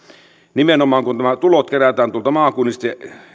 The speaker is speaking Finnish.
nimenomaan kun nämä tulot kerätään tuolta maakunnista